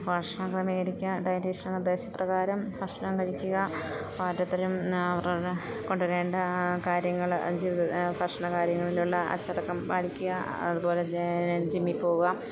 ഭക്ഷണം ക്രമീകരിക്കുക ഡയറ്റീഷൻ്റെ നിർദ്ദേശപ്രകാരം ഭക്ഷണം കഴിക്കുക ഓരോരുത്തരും അവരവരുടെ കൊണ്ടുവരേണ്ട കാര്യങ്ങൾ ജീവിത ഭക്ഷണ കാര്യങ്ങളിലുള്ള അച്ചടക്കം പാലിക്കുക അതുപോലെ ജിമ്മിൽ പോവുക